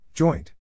Joint